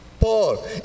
Paul